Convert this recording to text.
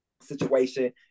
situation